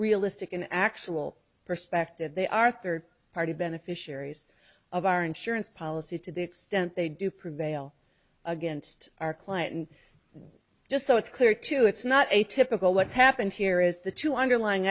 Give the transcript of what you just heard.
realistic an actual perspective they are third party beneficiaries of our insurance policy to the extent they do prevail against our client and just so it's clear to it's not atypical what's happened here is the two underlying